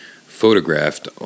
photographed